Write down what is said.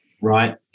right